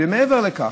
ומעבר לכך,